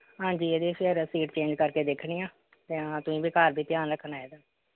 ਹਾਂਜੀ ਇਹਦੀ ਫਿਰ ਸੀਟ ਚੇਂਜ ਕਰ ਕੇ ਦੇਖਦੀ ਹਾਂ ਅਤੇ ਹਾਂ ਤੁਸੀਂ ਵੀ ਘਰ ਵੀ ਧਿਆਨ ਰੱਖਣਾ ਇਹਦਾ